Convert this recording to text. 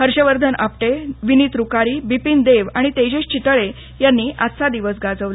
हर्षवर्धन आपटे विनित रुकारी बिपिन देव आणि तेजस चितऴे यांनी आजचा दिवस गाजवला